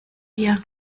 dir